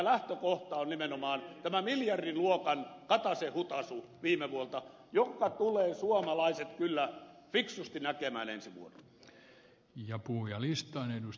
lähtökohtana on nimenomaan tämä miljardiluokan kataisen hutaisu viime vuodelta minkä suomalaiset tulevat kyllä fiksusti näkemään ensi vuonna